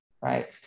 right